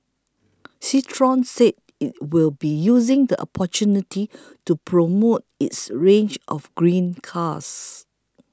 Citroen said it will be using the opportunity to promote its range of green cars